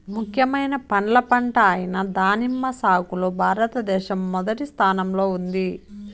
ముఖ్యమైన పండ్ల పంట అయిన దానిమ్మ సాగులో భారతదేశం మొదటి స్థానంలో ఉంది